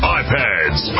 iPads